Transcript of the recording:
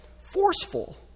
forceful